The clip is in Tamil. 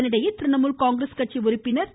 இதனிடையே திரிணமுல் காங்கிரஸ் கட்சி உறுபபினர் திரு